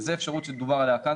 זאת האפשרות עליה דובר כאן,